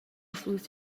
vus